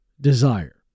desire